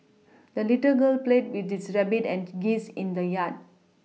the little girl played with this rabbit and geese in the yard